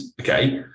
okay